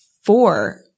four